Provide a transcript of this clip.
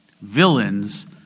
villains